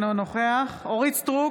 אינו נוכח אורית מלכה סטרוק,